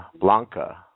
Blanca